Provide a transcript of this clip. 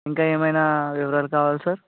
ఇంకా ఏమైనా వివరాలు కావాలా సార్